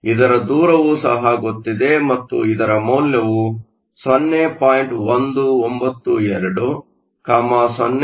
ಇದರ ದೂರವು ಸಹ ಗೊತ್ತಿದೆ ಮತ್ತು ಇದರ ಮೌಲ್ಯವು 0